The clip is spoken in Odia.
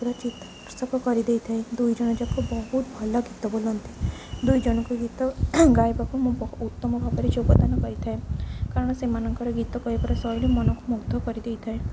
ର ଚିତାକର୍ଷକ କରିଦେଇ ଥାଏ ଦୁଇଜଣ ଯାକ ବହୁତ ଭଲ ଗୀତ ବୋଲନ୍ତି ଦୁଇଜଣଙ୍କୁ ଗୀତ ଗାଇବାକୁ ମୁଁ ବହୁ ଉତ୍ତମ ଭାବରେ ଯୋଗଦାନ କରିଥାଏ କାରଣ ସେମାନଙ୍କର ଗୀତ ଗାଇବାର ଶୈଳୀ ମନକୁ ମୁଗ୍ଧ କରିଦେଇ ଥାଏ